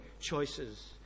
choices